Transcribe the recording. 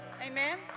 Amen